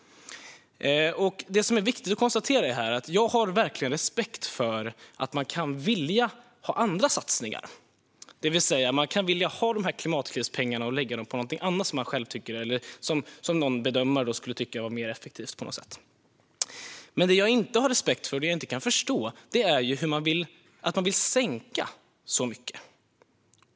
Det som är viktigt att konstatera är att jag verkligen har respekt för att man kan vilja ha andra satsningar. Man kan vilja ha Klimatklivspengarna och lägga dem på något annat som någon bedömare tycker skulle vara mer effektivt. Men det jag inte har respekt för och inte kan förstå är att man vill sänka så mycket.